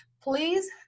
please